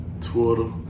Twitter